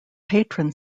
patron